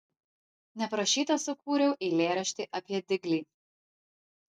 neprašyta sukūriau eilėraštį apie diglį